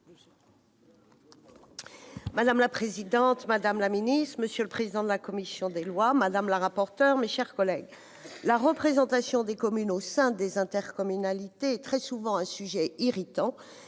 Madame la présidente, madame la ministre, monsieur le président de la commission des lois, madame la rapporteur, mes chers collègues, la représentation des communes au sein des intercommunalités est très souvent un sujet irritant,